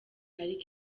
ariko